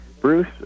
Bruce